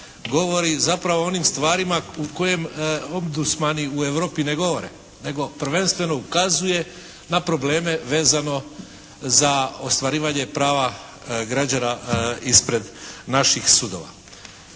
govori zapravo o onim stvarima o kojim ombudsmani u Europi ne govore, nego prvenstveno ukazuje na probleme vezano za ostvarivanje prava građana ispred naših sudova.